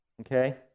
Okay